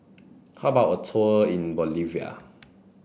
how about a tour in Bolivia